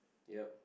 yup